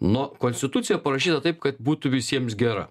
nu konstitucija parašyta taip kad būtų visiems gera